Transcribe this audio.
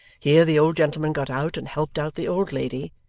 here the old gentleman got out and helped out the old lady,